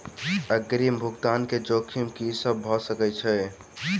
अग्रिम भुगतान केँ जोखिम की सब भऽ सकै हय?